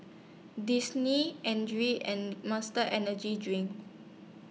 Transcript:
Disney Andre and Monster Energy Drink